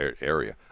area